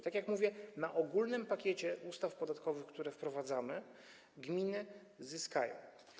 Tak jak mówię, na ogólnym pakiecie ustaw podatkowych, które wprowadzamy, gminy zyskają.